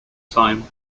time